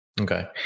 Okay